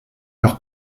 leurs